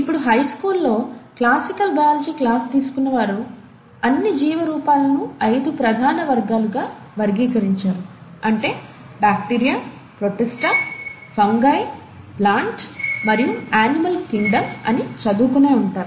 ఇప్పుడు హైస్కూల్లో classical biology class తీసుకున్న వారు అన్ని జీవన రూపాలను ఐదు ప్రధాన వర్గాలుగా వర్గీకరించారు అంటే బ్యాక్టీరియా ప్రొటిస్టా ఫంగై ప్లాంట్ మరియు అనిమల్ కింగ్డమ్ అని చదువుకునే ఉంటారు